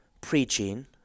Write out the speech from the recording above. preaching